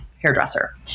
hairdresser